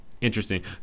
interesting